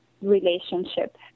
relationship